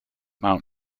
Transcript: mount